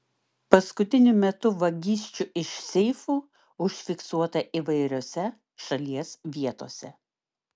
paskutiniu metu vagysčių iš seifų užfiksuota įvairiose šalies vietose